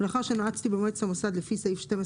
ולאחר שנועצתי במועצת המוסד לפי סעיף 12